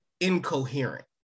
incoherent